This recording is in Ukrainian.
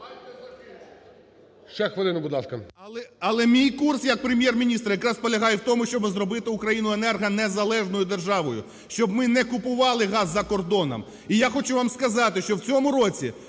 Але мій курс як Прем'єр-міністра якраз полягає в тому, щоб зробити Україну енергонезалежною державою, щоб ми не купували газ за кордоном. І я хочу вам сказати, що в цьому році